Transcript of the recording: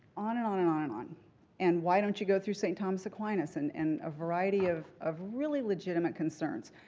on and on and on and on. and why don't you go through st. thomas aquinas and and a variety of of really legitimate concerns.